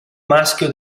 maschio